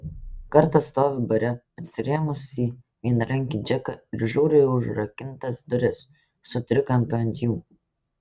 kartą stoviu bare atsirėmus į vienarankį džeką ir žiūriu į užrakintas duris su trikampiu ant jų